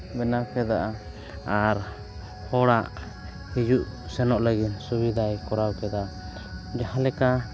ᱵᱮᱱᱟᱣ ᱠᱮᱫᱟ ᱟᱨ ᱦᱚᱲᱟᱜ ᱦᱤᱡᱩᱜ ᱥᱮᱱᱚᱜ ᱞᱟᱹᱜᱤᱫ ᱥᱩᱵᱤᱫᱟᱭ ᱠᱚᱨᱟᱣ ᱠᱮᱫᱟ ᱡᱟᱦᱟᱸ ᱞᱮᱠᱟ